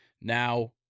Now